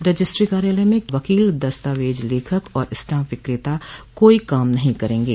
registry कार्यालय में वकील दस्तावेज लेखक और स्टांप विक्रेता कोई काम नहीं करेंगे